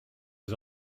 his